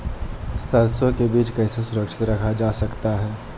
सरसो के बीज कैसे सुरक्षित रखा जा सकता है?